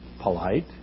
polite